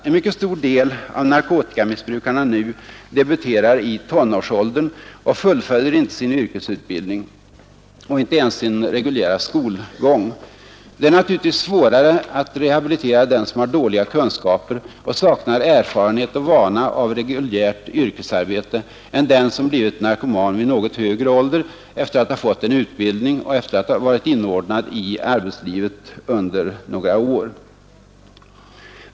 En mycket stor del av narkotikamissbrukarna nu debuterar i tonårsåldern och fullföljer inte sin yrkesutbildning, ofta inte ens sin reguljära skolgång. Det är naturligtvis svårare att rehabilitera den som har dåliga kunskaper och saknar erfarenhet och vana av reguljärt yrkesarbete än den som blivit narkoman vid något högre ålder efter att ha fått en utbildning och efter att ha varit inordnad i arbetslivet under några år.